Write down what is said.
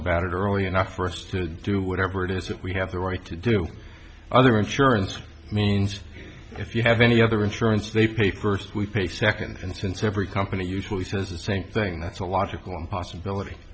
about it early enough for us to do whatever it is that we have the right to do other insurance means if you have any other insurance they pay first we pay seconds and since every company usually says the same thing that's a logical possibility